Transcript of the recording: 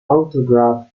autograph